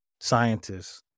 scientists